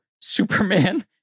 Superman